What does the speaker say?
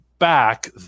back